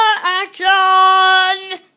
action